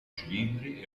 cilindri